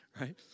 right